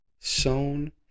sown